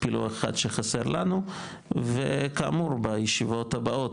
פילוח אחד שחסר לנו וכאמור בישיבות הבאות,